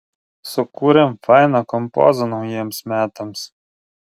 sukūrėm fainą kompozą naujiems metams